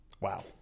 Wow